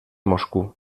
moscú